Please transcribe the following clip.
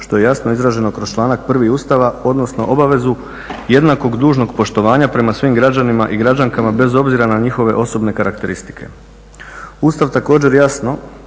što je jasno izraženo kroz članak 1. Ustava odnosno obavezu jednakog dužnog poštovanja prema svim građanima i građankama bez obzira na njihove osobe karakteristike. Ustav također jasno